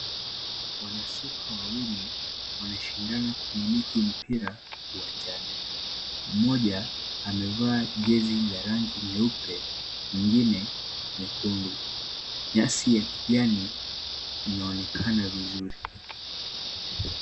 Wanasoka wawili wanashindana kumiliki mpira uwanjani. Mmoja amevaa jezi la rangi nyeupe mwingine nyekundu. Nyasi ya kijani inaonekana vizuri.